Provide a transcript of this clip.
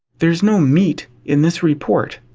there's no meat in this report.